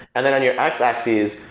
and then on your x-axis,